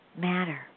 matter